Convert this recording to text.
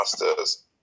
masters